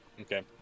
Okay